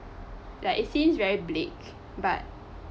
like it seems very bleak but